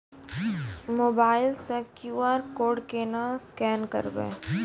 Mobile से QR code केना scan करबै?